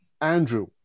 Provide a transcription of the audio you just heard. Andrew